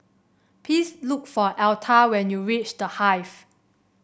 please look for Altha when you reach The Hive